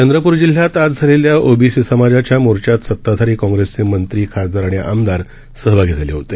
चंद्रपूर जिल्ह्यात आज झालेल्या ओबीसी समाजाच्या मोर्चात सताधारी काँग्रेसचे मंत्री खासदार आणि आमदार सहभागी झाले होते